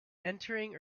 entering